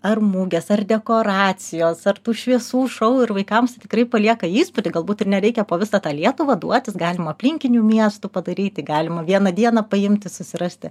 ar mugės ar dekoracijos ar tų šviesų šou ir vaikams tai tikrai palieka įspūdį galbūt ir nereikia po visą tą lietuvą duotis galima aplinkinių miestų padaryti galima vieną dieną paimti susirasti